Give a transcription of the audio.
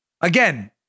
Again